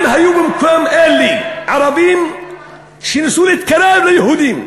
אם היו במקום אלה ערבים שניסו להתקרב ליהודים,